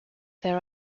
there